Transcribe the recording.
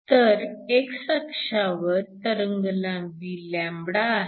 तर x अक्षावर तरंगलांबी λ आहे ही मायक्रोमीटर मध्ये आहे